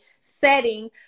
setting